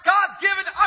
God-given